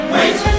Wait